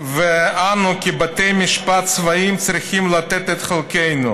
ואנו כבתי משפט צבאיים צריכים לתת את חלקנו,